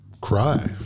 cry